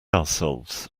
ourselves